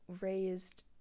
raised